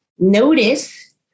notice